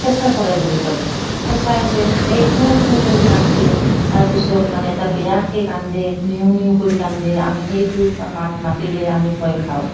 ফেঁচা চৰাই বুলি কয় ফেঁচাই যে সেই কুউ কুউ কৰি কান্দে তাৰ পিছত মানে এটা বেয়াকৈ কান্দে নিউ নিউ কৰি কান্দে আমি সেইটো মাত মাতিলে আমি ভয় খাওঁ